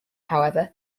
however